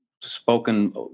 spoken